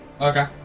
Okay